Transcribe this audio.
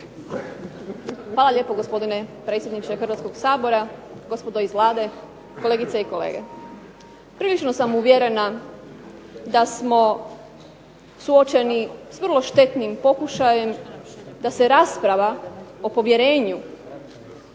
Hvala lijepo, gospodine predsjedniče Hrvatskoga sabora. Gospodo iz Vlade, kolegice i kolege. Prilično sam uvjerena da smo suočeni s vrlo štetnim pokušajem da se rasprava o povjerenju